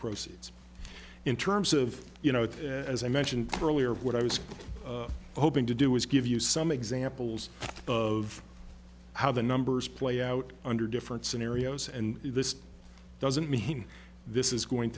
proceeds in terms of you know as i mentioned earlier what i was hoping to do is give you some examples of how the numbers play out under different scenarios and this doesn't mean this is going